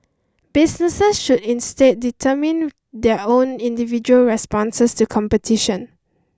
businesses should instead determine their own individual responses to competition